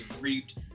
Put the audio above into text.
reaped